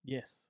Yes